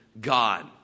God